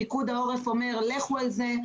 פיקוד העורף אומר: לכו על זה.